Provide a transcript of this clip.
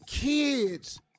Kids